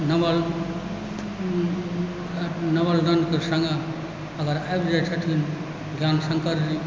नवल नवल रङ्गक सङ्ग अगर आबि जाइत छथिन ज्ञान शङ्कर जी